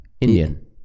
Indian